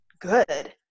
good